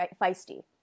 feisty